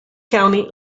county